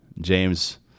James